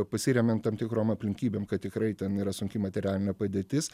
pasiremiant tam tikrom aplinkybėm kad tikrai ten yra sunki materialinė padėtis